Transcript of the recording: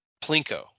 plinko